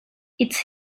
its